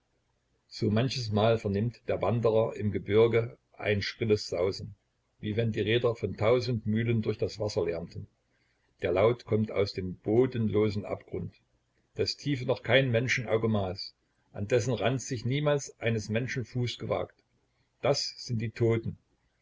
so manches mal vernimmt der wanderer im gebirge ein schrilles sausen wie wenn die räder von tausend mühlen durch das wasser lärmten der laut kommt aus dem bodenlosen abgrund des tiefe noch kein menschenauge maß an dessen rand sich niemals eines menschen fuß gewagt das sind die toten